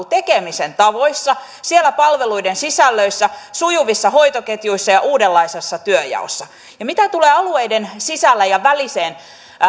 tekemisen tavoissa siellä palveluiden sisällöissä sujuvissa hoitoketjuissa ja uudenlaisessa työnjaossa ja mitä tulee alueiden sisäiseen ja väliseen